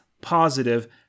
positive